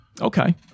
okay